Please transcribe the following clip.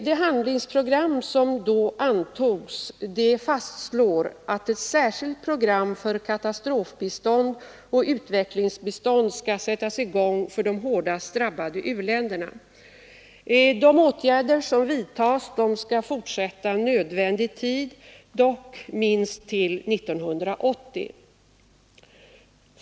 Det handlingsprogram som då antogs fastslog att ett särskilt program för katastrofbistånd och utvecklingsbistånd skall sättas i gång för de hårdast drabbade u-länderna. De åtgärder som vidtas skall fortsätta nödvändig tid, dock minst till 1980.